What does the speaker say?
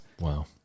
Wow